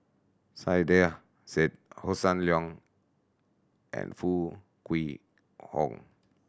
Saiedah Said Hossan Leong and Foo Kwee Horng